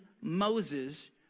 Moses